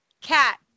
Cat